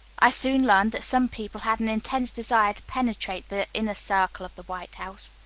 i soon learned that some people had an intense desire to penetrate the inner circle of the white house.